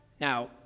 Now